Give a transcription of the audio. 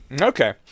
Okay